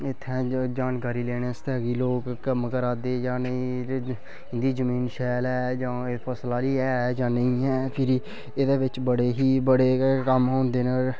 इत्थै जानकारी लैने आस्तै कि लोक कम्म करा दे जां नेई इंदी जमीन शैल है जां फसल आह्ली है जां नेईं फ्हिरी एहदे बिच्च बड़े ही बड़े कम्म होंदे न